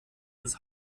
ins